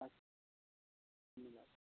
আচ্ছা ঠিক আছে